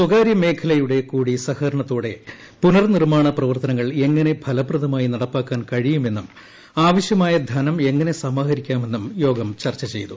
സ്വകാര്യ മേഖലയുടെ കൂടി സഹകരണത്തോടെ പുനർനിർമാണ പ്രവർത്തനങ്ങൾ എങ്ങനെ ഫലപ്രദമായി നടപ്പാക്കാൻ കഴിയുമെന്നും ആവശൃമായ ധനം എങ്ങനെ സമാഹരിക്കാമെന്നും യോഗം ചർച്ച ചെയ്തു